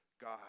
God